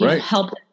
help